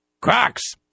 Crocs